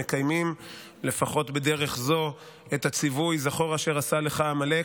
מקיימים לפחות בדרך זו את הציווי "זכור את אשר עשה לך עמלק",